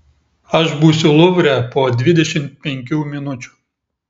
aš būsiu luvre po dvidešimt penkių minučių